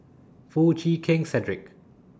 Foo Chee Keng Cedric